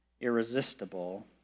irresistible